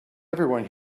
everyone